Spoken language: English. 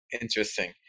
Interesting